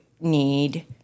need